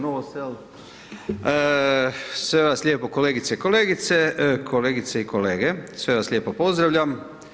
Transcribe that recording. Novosel, sve vas lijepo kolegice i kolegice, kolegice i kolege, sve vas lijepo pozdravljam.